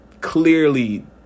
clearly